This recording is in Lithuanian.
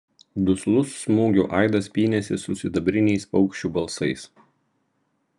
duslus smūgių aidas pynėsi su sidabriniais paukščių balsais